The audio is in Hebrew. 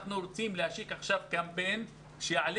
אנחנו רוצים להשיק עכשיו קמפיין שיעלה